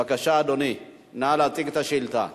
אדוני, בבקשה להציג את השאילתא.